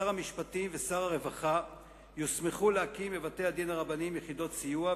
שר המשפטים ושר הרווחה יוסמכו להקים בבתי-הדין הרבניים יחידות סיוע,